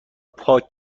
پاک